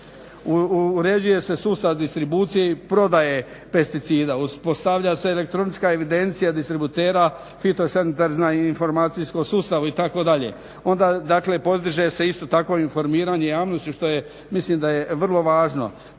Uređuje se sustav distribucije i prodaje pesticida, uspostavlja se elektronička evidencija distributera, fitosanitarna i informacijskom sustavu itd. Onda dakle podiže se isto tako informiranje javnosti što mislim da je vrlo važno.